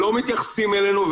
שלא מתייחסים אלינו.